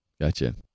Gotcha